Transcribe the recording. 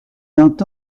vingt